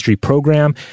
Program